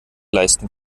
leisten